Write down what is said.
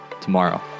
tomorrow